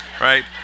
right